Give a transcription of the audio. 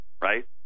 right